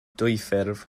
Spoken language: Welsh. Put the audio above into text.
dwyffurf